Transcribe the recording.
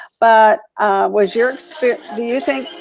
but was your experience, do you think,